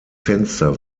fenster